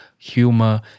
humor